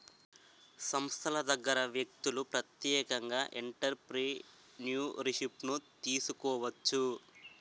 సంస్థల దగ్గర వ్యక్తులు ప్రత్యేకంగా ఎంటర్ప్రిన్యూర్షిప్ను తీసుకోవచ్చు